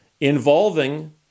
involving